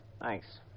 Thanks